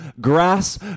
grass